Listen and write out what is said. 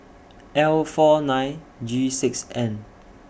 L four nine G six N